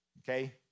Okay